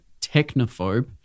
technophobe